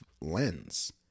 lens